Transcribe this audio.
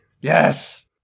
Yes